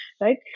right